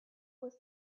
was